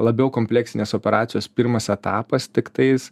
labiau kompleksinės operacijos pirmas etapas tiktais